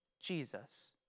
Jesus